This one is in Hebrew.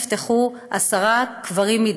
נפתחו עשרה קברים,